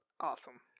awesome